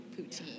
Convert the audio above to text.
poutine